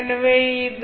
எனவே இது